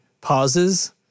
pauses